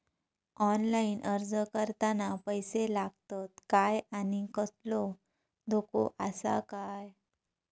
Online अर्ज करताना पैशे लागतत काय आनी कसलो धोको आसा काय?